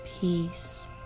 peace